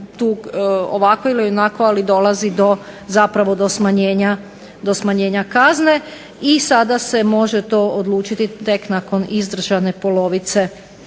ovako ili onako dolazi do smanjenja kazne i sada se to može odlučiti tek nakon izdržane polovice